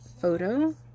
photo